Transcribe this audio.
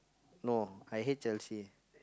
no I hate Chelsea